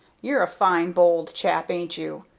you're a fine, bold chap, ain't you?